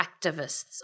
activists